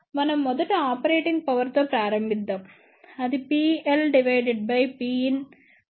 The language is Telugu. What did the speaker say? మనం మొదట ఆపరేటింగ్ పవర్ తో ప్రారంభిద్దాం అది Pl Pin